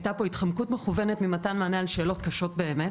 הייתה פה התחמקות מכוונת ממתן מענה על שאלות קשות באמת,